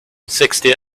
sixty